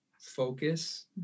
focus